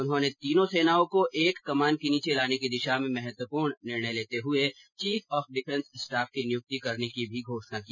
उन्होंने तीनों सेनाओं को एक कमान के नीचे लाने की दिशा में महत्वपूर्ण निर्णय लेते हए चीफ ऑफ डिफेंस स्टॉफ की नियुक्ति करने की घोषणा की